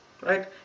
right